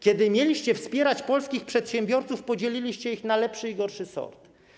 Kiedy mieliście wspierać polskich przedsiębiorców, podzieliliście ich na lepszy i gorszy sort.